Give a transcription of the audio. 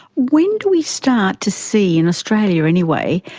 when do we start to see, in australia anyway,